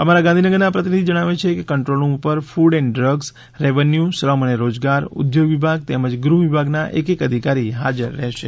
અમારા ગાંધીનગરના પ્રતિનિધિ જણાવે છે કે કંટ્રોલ રૂમ ઉપર ફ્રડ એન્ડ ડ્રગ્સ રેવન્યુ શ્રમ અને રોજગાર ઉદ્યોગ વિભાગ તેમજ ગૃહ વિભાગના એક એક અધિકારી હાજર રહેશે